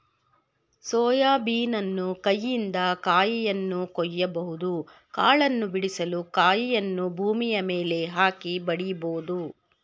soya ಬೀನನ್ನು ಕೈಯಿಂದ ಕಾಯಿಯನ್ನು ಕೊಯ್ಯಬಹುದು ಕಾಳನ್ನು ಬಿಡಿಸಲು ಕಾಯಿಯನ್ನು ಭೂಮಿಯ ಮೇಲೆ ಹಾಕಿ ಬಡಿಬೋದು